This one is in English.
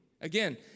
again